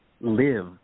live